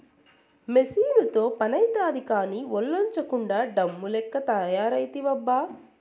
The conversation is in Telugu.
మెసీనుతో పనైతాది కానీ, ఒల్లోంచకుండా డమ్ము లెక్క తయారైతివబ్బా